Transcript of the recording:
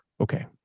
okay